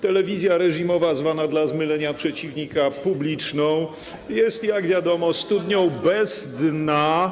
Telewizja reżimowa, zwana dla zmylenia przeciwnika publiczną, jest, jak wiadomo, studnią bez dna.